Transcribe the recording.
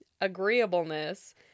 agreeableness